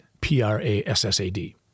P-R-A-S-S-A-D